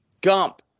Gump